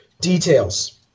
details